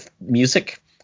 music